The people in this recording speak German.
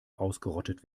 ausgerottet